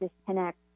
disconnect